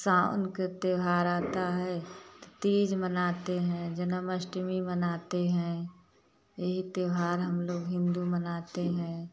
सावन का त्योहार आता है तीज मनाते हैं जन्माष्टमी मनाते हैं यही त्योहार हम लोग हिन्दू मनाते हैं